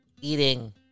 eating